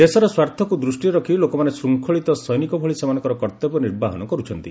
ଦେଶର ସ୍ୱାର୍ଥକୁ ଦୃଷ୍ଟିରେ ରଖି ଲୋକମାନେ ଶୃଙ୍ଖଳିତ ସୈନିକ ଭଳି ସେମାନଙ୍କର କର୍ତ୍ତବ୍ୟ ନିର୍ବାହନ କର୍ତ୍ଥନ୍ତି